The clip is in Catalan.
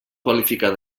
qualificar